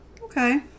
Okay